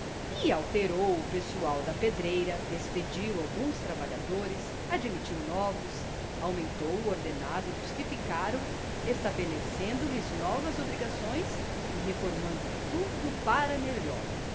e alterou o pessoal da pedreira despediu alguns trabalhadores admitiu novos aumentou o ordenado dos que ficaram estabelecendo lhes novas obrigações e reformando tudo para melhor